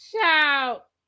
shout